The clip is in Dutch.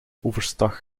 overstag